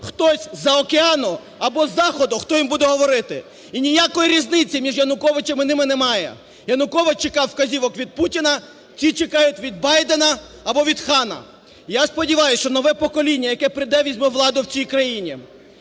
хтось з-за океану або з Заходу, хто їм буде говорити. І ніякої різниці між Януковичем і ними немає. Янукович чекав вказівок від Путіна, ці чекають від Байдена або від Хана. Я сподіваюсь, що нове покоління, яке прийде, візьме владу в цій країні,